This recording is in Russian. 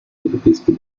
европейской